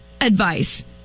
advice